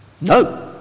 no